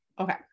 Okay